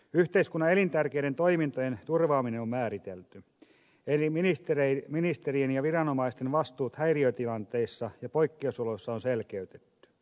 yhteiskunnan elintärkeiden toimintojen turvaaminen on määritelty eli ministerien ja viranomaisten vastuut häiriötilanteissa ja poikkeusoloissa on selkeytetty